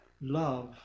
Love